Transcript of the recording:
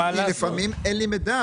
כי לפעמים אין לי מידע.